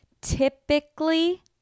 Typically